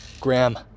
Graham